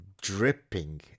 dripping